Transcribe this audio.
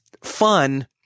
fun